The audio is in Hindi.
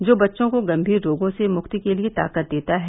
जो बच्चों को गंभीर रोगों से मुक्ति के लिए ताकत देता है